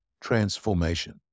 transformation